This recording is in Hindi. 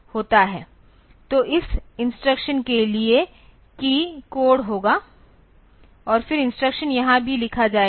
तो इस इंस्ट्रक्शन के लिए कि कोड होगा और फिर इंस्ट्रक्शन यहां भी लिखा जाएगा